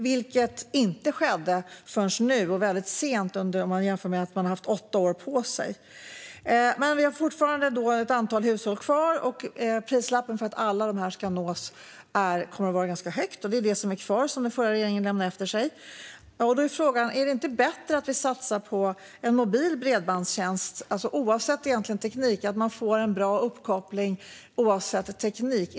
Detta har inte skett förrän nu, vilket är väldigt sent med tanke på att man har haft åtta år på sig. Vi har fortfarande ett antal hushåll kvar. Prislappen för att alla dessa ska nås kommer att vara ganska hög. Detta är det som är kvar - det som den förra regeringen lämnade efter sig. Är det då inte bättre att vi satsar på en mobil bredbandstjänst, så att man får en bra uppkoppling oavsett teknik?